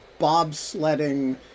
bobsledding